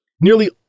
Nearly